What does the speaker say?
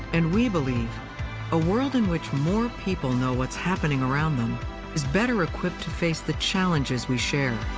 and we believe a world in which more people know what's happening around them is better equipped to face the challenges we share.